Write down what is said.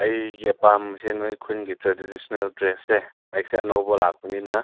ꯑꯩꯒꯤ ꯑꯄꯥꯝꯕꯁꯦ ꯅꯣꯏ ꯈꯨꯟꯒꯤ ꯇ꯭ꯔꯦꯗꯤꯁꯟꯅꯦꯜ ꯗ꯭ꯔꯦꯁꯁꯦ ꯑꯩꯁꯦ ꯑꯅꯧꯕ ꯂꯥꯛꯄꯅꯤꯅ